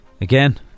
again